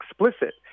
explicit